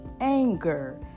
anger